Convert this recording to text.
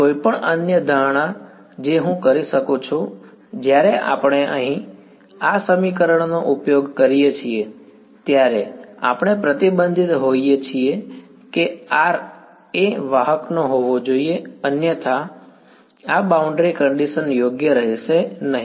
કોઈપણ અન્ય ધારણા જે હું કરી શકું છું જ્યારે આપણે અહીં આ સમીકરણનો ઉપયોગ કરીએ છીએ ત્યારે આપણે પ્રતિબંધિત હોઈએ છીએ કે r એ વાહકનો હોવો જોઈએ અન્યથા આ બાઉન્ડ્રી કંડીશન યોગ્ય રહેશે નહીં